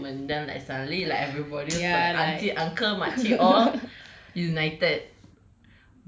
same government and then like suddenly like everybody aunty uncle mak cik all united